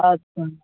अच्छा